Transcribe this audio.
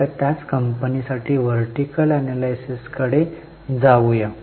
आता त्याच कंपनीसाठी वर्टीकल एनलायसिस कडे जाऊया